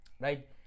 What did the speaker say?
right